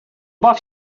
baw